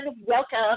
Welcome